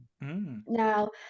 now